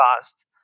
fast